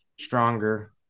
stronger